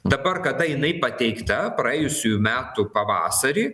dabar kada jinai pateikta praėjusiųjų metų pavasarį